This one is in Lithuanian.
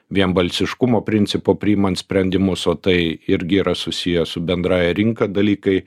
vienbalsiškumo principo priimant sprendimus o tai irgi yra susiję su bendrąja rinka dalykai